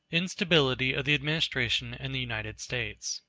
instability of the administration in the united states